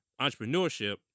entrepreneurship